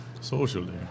socially